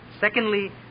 Secondly